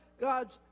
God's